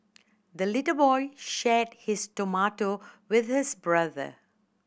the little boy shared his tomato with his brother